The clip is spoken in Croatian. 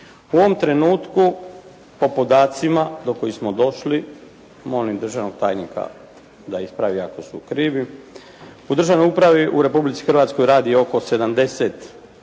U ovom trenutku po podacima do kojih smo došli, molim državnog tajnika da ispravi ako su krivi, u Državnoj upravi u Republici Hrvatskoj radi oko 70